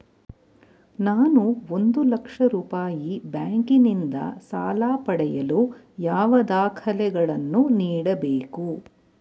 ನಾನು ಒಂದು ಲಕ್ಷ ರೂಪಾಯಿ ಬ್ಯಾಂಕಿನಿಂದ ಸಾಲ ಪಡೆಯಲು ಯಾವ ದಾಖಲೆಗಳನ್ನು ನೀಡಬೇಕು?